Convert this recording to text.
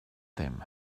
them